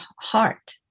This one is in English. heart